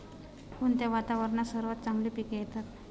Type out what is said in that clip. कोणत्या वातावरणात सर्वात चांगली पिके येतात?